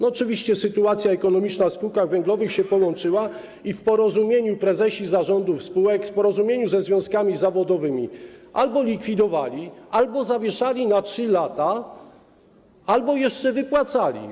Oczywiście sytuacja ekonomiczna w spółkach węglowych się połączyła i w porozumieniu prezesi zarządów spółek, w porozumieniu ze związkami zawodowymi albo likwidowali, albo zawieszali na 3 lata, albo jeszcze wypłacali.